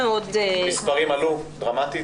המספרים עלו דרמטית?